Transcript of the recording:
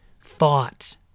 thought